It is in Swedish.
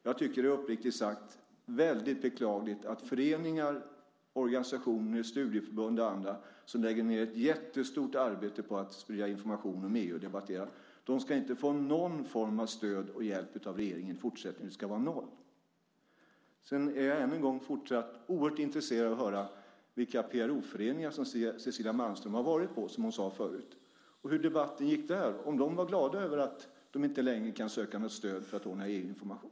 Jag tycker, uppriktigt sagt, att det är väldigt beklagligt att föreningar, organisationer, studieförbund och andra som lägger ned ett jättestort arbete på att sprida information om EU och debattera inte ska få någon form av stöd och hjälp av regeringen i fortsättningen. Det ska vara noll. Sedan är jag fortsatt oerhört intresserad av att höra vilka PRO-föreningar som Cecilia Malmström har varit på, som hon sade förut, hur debatten gick där och om de var glada över att de inte längre kan söka något stöd för att ordna EU-information.